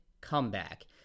comeback